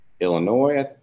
Illinois